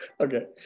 Okay